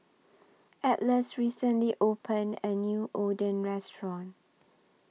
Atlas recently opened A New Oden Restaurant